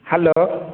hello